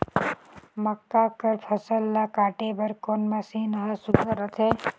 मक्का कर फसल ला काटे बर कोन मशीन ह सुघ्घर रथे?